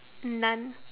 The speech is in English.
none